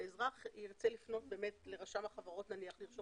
אזרח ירצה לפנות נניח לרשם חברות לרשום